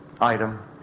item